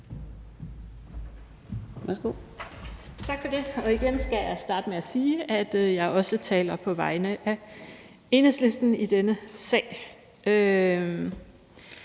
Tak for det. Igen skal jeg starte med at sige, at jeg også taler på vegne af Enhedslisten i denne sag.